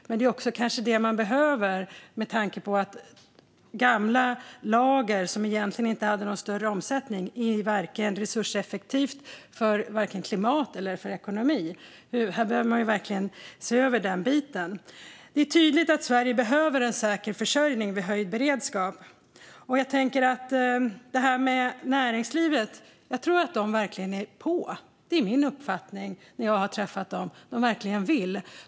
Men det är kanske också det man behöver - gamla lager, som egentligen inte hade någon större omsättning, är inte resurseffektivt för vare sig klimat eller ekonomi. Den här biten behöver ses över. Det är tydligt att Sverige behöver en säker försörjning vid höjd beredskap. Jag tror att näringslivet verkligen är med på detta - min uppfattning när jag har träffat dem är att de verkligen vill.